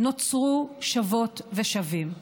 נוצרו שוות ושווים,